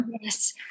yes